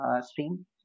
stream